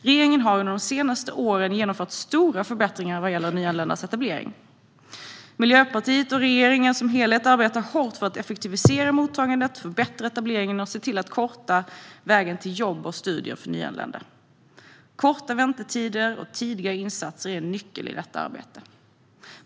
Regeringen har under de senaste åren genomfört stora förbättringar vad gäller nyanländas etablering. Miljöpartiet och regeringen som helhet arbetar hårt för att effektivisera mottagandet, förbättra etableringen och korta vägen till jobb och studier för nyanlända. Korta väntetider och tidiga insatser är en nyckel i detta arbete.